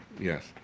Yes